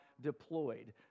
deployed